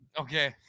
Okay